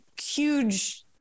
huge